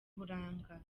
uburanga